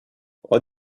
what